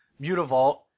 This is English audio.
Mutavault